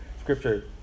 scripture